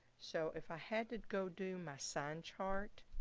so if i had to go do my sign chart